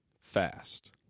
Fast